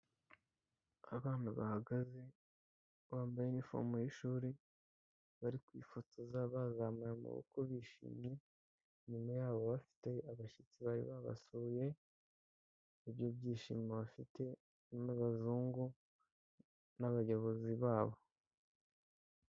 Abana bahagaze bambaye inifomu y'ishuri, bari kwifotoza bazamuye amaboko bishimye, inyuma yabo bafite abashyitsi bari babasuye, ni byo byishimo bafite bari n'abazungu n'abayobozi babo.